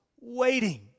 waiting